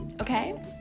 okay